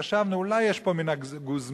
וחשבנו שאולי יש פה מן הגוזמה,